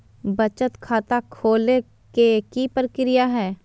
बचत खाता खोले के कि प्रक्रिया है?